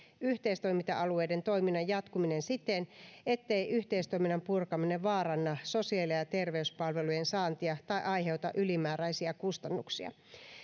yhteistoiminta alueiden toiminnan jatkuminen siten ettei yhteistoiminnan purkaminen vaaranna sosiaali ja terveyspalvelujen saantia tai aiheuta ylimääräisiä kustannuksia